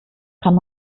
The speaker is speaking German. kann